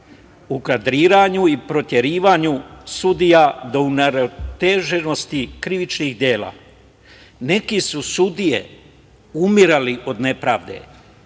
u kadriranju i proterivanju sudija, do neuravnoteženosti krivičnih dela, neke su sudije umirale od nepravde. To